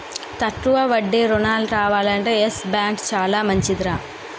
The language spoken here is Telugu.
తక్కువ వడ్డీ రుణాలు కావాలంటే యెస్ బాంకు చాలా మంచిదిరా